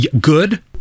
good